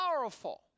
powerful